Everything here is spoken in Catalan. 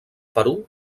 perú